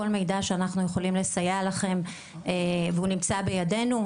כל מידע שאנחנו יכולים לסייע לכם והוא נמצא בידינו,